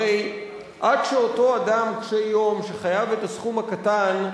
הרי עד שאותו אדם קשה-יום, שחייב את הסכום הקטן,